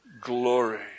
glory